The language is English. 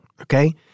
Okay